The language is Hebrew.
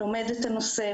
הוא לומד את הנושא,